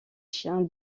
chien